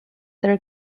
their